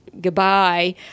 goodbye